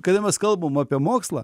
kada mes kalbam apie mokslą